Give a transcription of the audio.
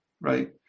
right